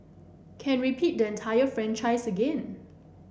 can repeat the entire franchise again